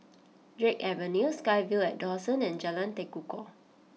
Drake Avenue SkyVille at Dawson and Jalan Tekukor